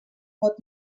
pot